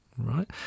right